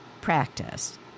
practice